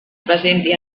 presenti